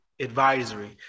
advisory